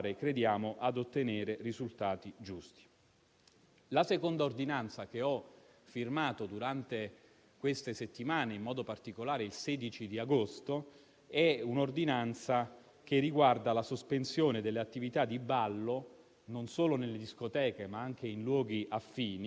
Penso che chiudere le scuole abbia rappresentato per tutti noi, per me in modo particolare, la scelta più difficile e voglio dire che oggi riaprirle è davvero la nostra priorità assoluta su cui stiamo impegnando tutte le energie di cui disponiamo.